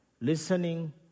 listening